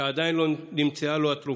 שעדיין לא נמצאה לו התרופה.